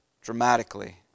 Dramatically